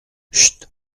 chut